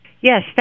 Yes